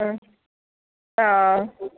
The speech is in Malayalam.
അഹ് അഹ്